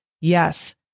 Yes